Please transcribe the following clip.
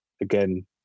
Again